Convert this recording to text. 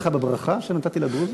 משהו הפריע לך בברכה שנתתי לדרוזים?